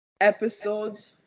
episodes